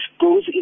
goes